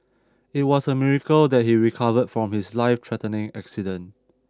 it was a miracle that he recovered from his lifethreatening accident